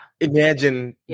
Imagine